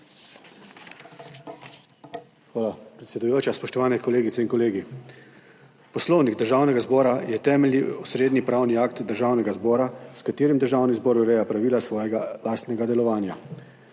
Hvala, predsedujoča. Spoštovane kolegice in kolegi! Poslovnik Državnega zbora je temeljni osrednji pravni akt Državnega zbora, s katerim Državni zbor ureja pravila svojega lastnega delovanja.